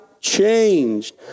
changed